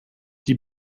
die